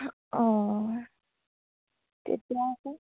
অঁ তেতিয়া আকৌ